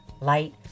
light